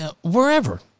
wherever